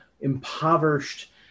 impoverished